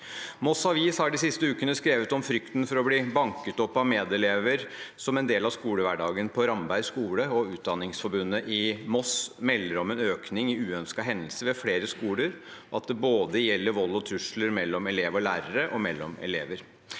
Moss Avis har de siste ukene skrevet om frykten for å bli banket opp av medelever som en del av skolehverdagen på Ramberg skole. Utdanningsforbundet i Moss melder om en økning i uønskede hendelser ved flere skoler, og det gjelder vold og trusler både mellom elever og lærere og mellom elever.